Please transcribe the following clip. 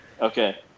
Okay